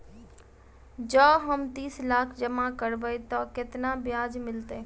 जँ हम तीस लाख जमा करबै तऽ केतना ब्याज मिलतै?